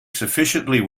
sufficiently